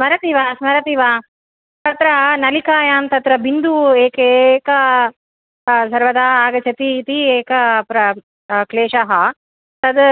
स्मरति वा स्मरति वा तत्र नलिकायां तत्र बिन्दुः एकैका सर्वदा आगच्छति इति एकः प्र क्लेशः तद्